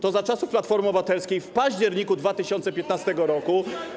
To za czasów Platformy Obywatelskiej w październiku 2015 r.